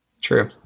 True